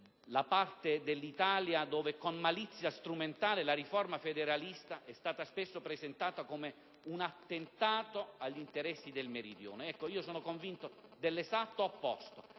la parte d'Italia dove, con malizia strumentale, la riforma federalista è stata spesso presentata come un attentato agli interessi del Meridione. Sono convinto dell'esatto opposto: